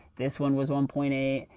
this one was one point eight,